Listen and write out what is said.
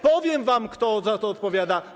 Powiem wam, kto za to odpowiada.